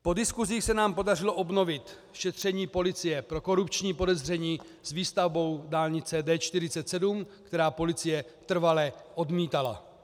Po diskusích se nám podařilo obnovit šetření policie pro korupční podezření s výstavbou dálnice D47, které policie trvale odmítala.